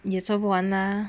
也做不完 ah